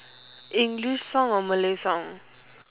english song or malay song